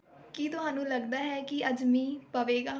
ਕੀ ਤੁਹਾਨੂੰ ਲੱਗਦਾ ਹੈ ਕਿ ਅੱਜ ਮੀਂਹ ਪਵੇਗਾ